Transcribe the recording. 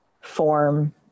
form